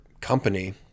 company